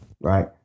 Right